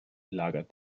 lagert